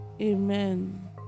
Amen